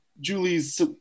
Julie's